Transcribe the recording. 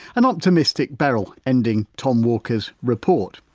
an optimistic beryl ending tom walker's report.